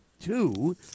two